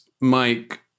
Mike